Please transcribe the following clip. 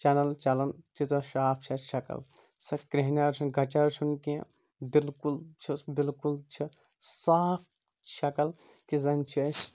channel چلان تیٖژھ صاف چھےٚ اَتھ شکٕل سُہ کرٮ۪ہنۍ نیار کَچر چھُ نہٕ کیٚٛنٛہہ بالکُل چھُ بالکُل چھ صاف شکٕل کہِ زَن چھِ أسۍ